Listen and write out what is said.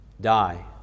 die